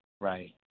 Right